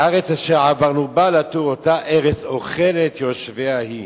הארץ אשר עברנו בה לתור אותה ארץ אוכלת יושביה היא